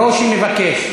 ברושי מבקש.